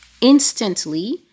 instantly